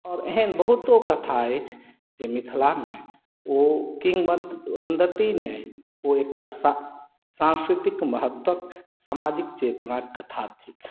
आओर एहन बहुतो कथा अछि जे मिथिलामे ओ किंवं किंवदन्ति नहि ओ एकटा सा सांस्कृतिक महत्वक सामाजिक चेतनाक कथा थिक